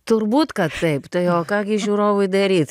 turbūt kad taip tai o ką gi žiūrovui daryt